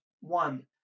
one